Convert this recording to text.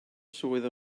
swydd